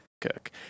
cook